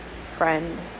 friend